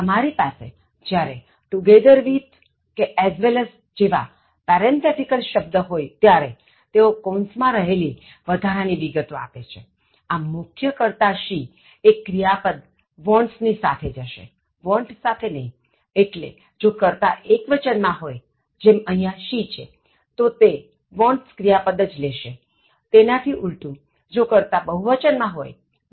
તમારી પાસે જ્યારે together with કે as well as જેવા પેરેન્થેટિકલ શબ્દ હોયત્યારે તેઓ કૌંસ માં રહેલી વધારા ની વિગતો આપે છે આમમુખ્ય કર્તા "she" એ ક્રિયાપદ "wants ની સાથે જશે want સાથે નહીએટલે જો કર્તા એક્વચન માં હોયજેમ અહીયા "she"છે તો તે "wants" ક્રિયાપદ જ લેશેતેનાથી ઉલટું જો કર્તા બહુવચનમાં હોય દા